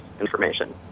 information